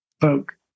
folk